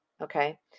okay